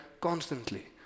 constantly